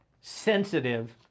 sensitive